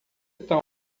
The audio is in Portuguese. tal